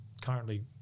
currently